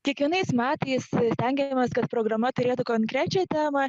kiekvienais metais stengiamės kad programa turėtų konkrečią temą